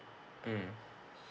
mm